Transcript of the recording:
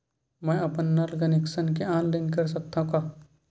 मैं अपन नल कनेक्शन के ऑनलाइन कर सकथव का?